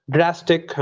Drastic